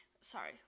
sorry